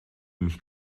mich